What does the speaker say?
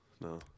No